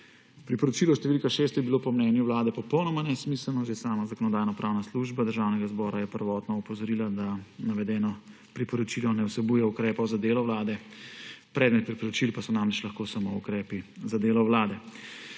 Priporočilo številka 6 je bilo po mnenju Vlade popolnoma nesmiselno. Že sama Zakonodajno-pravna služba Državnega zbora je prvotno opozorila, da navedeno priporočilo ne vsebuje ukrepov za delo Vlade, predmet priporočil pa so namreč lahko samo ukrepi za delo Vlade.